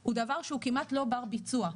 הוא דבר שהוא כמעט לא בר ביצוע,